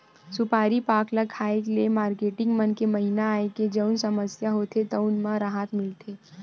सुपारी पाक ल खाए ले मारकेटिंग मन के महिना आए के जउन समस्या होथे तउन म राहत मिलथे